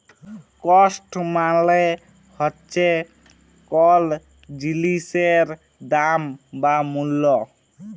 cost মালে হচ্যে কল জিলিসের দাম বা মূল্য